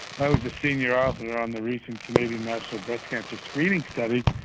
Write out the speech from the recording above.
i was the senior author on the recent canadian national breast cancer screening study,